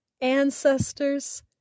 ancestors